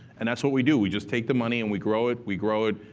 and that's what we do. we just take the money, and we grow it, we grow it,